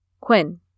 Quinn